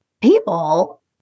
people